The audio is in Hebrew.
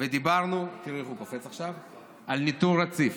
ודיברנו, תראה איך הוא קופץ עכשיו, על ניטור רציף.